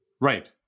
Right